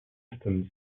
systems